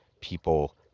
people